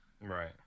Right